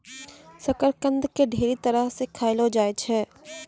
शकरकंद के ढेरी तरह से खयलो जाय छै